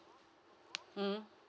mm